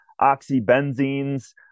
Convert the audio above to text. oxybenzenes